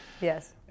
Yes